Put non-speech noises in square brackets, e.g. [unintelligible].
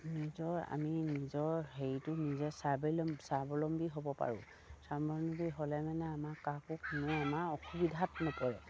নিজৰ আমি নিজৰ হেৰিটো নিজে স্বাৱলম্বী হ'ব পাৰোঁ স্বাৱলম্বী হ'লে মানে আমাৰ [unintelligible] আমাৰ অসুবিধাত নপৰে